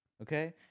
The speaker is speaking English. okay